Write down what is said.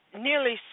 nearly